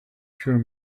pure